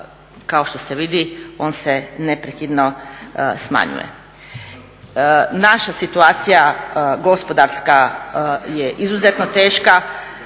Kao što se vidi on se neprekidno smanjuje. Naša situacija gospodarska je izuzetno teška,